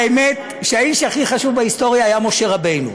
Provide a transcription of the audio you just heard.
האמת היא שהאיש הכי חשוב בהיסטוריה היה משה רבנו,